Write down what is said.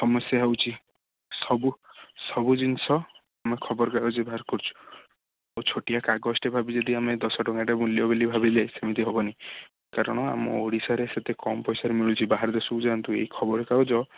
ସମସ୍ୟା ହେଉଛି ସବୁ ସବୁ ଜିନିଷ ଆମେ ଖବର କାଗଜରେ ବାହାର କରୁଛୁ ତାକୁ ଛୋଟିଆ କାଗଜଟେ ଭାବି ଯଦି ଆମେ ଦଶ ଟଙ୍କାଟେ ମୂଲ୍ୟ ବୋଲି ଭାବିଲେ ସେମିତି ହେବନି କାରଣ ଆମ ଓଡ଼ିଶାରେ ସେତେ କମ୍ ପଇସାରେ ମିଳୁଛି ବାହାର ଦେଶକୁ ଯାଆନ୍ତୁ ଏଇ ଖବର କାଗଜ